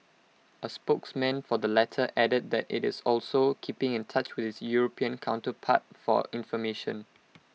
A spokesman for the latter added that IT is also keeping in touch with its european counterpart for information